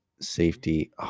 safety